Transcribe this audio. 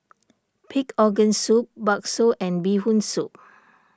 Pig Organ Soup Bakso and Bee Hoon Soup